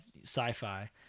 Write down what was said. sci-fi